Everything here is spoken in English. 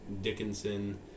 Dickinson –